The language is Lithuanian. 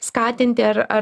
skatinti ar ar